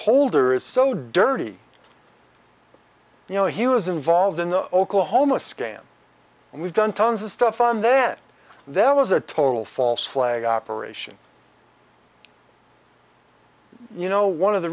holder is so dirty you know he was involved in the oklahoma scam and we've done tons of stuff and then there was a total false flag operation you know one of the